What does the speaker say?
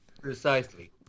Precisely